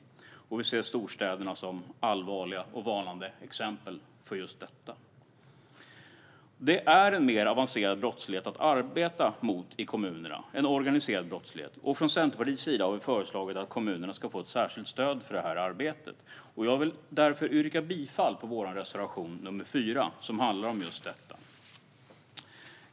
Utvecklingen i våra storstäder är allvarliga och varnande exempel på just detta. Den organiserade brottsligheten är en mer avancerad våldsbrottslighet att arbeta mot i kommunerna. Centerpartiet har därför föreslagit att kommunerna ska få ett särskilt stöd för detta arbete. Jag yrkar härmed bifall till vår reservation, nr 4, som handlar om just detta.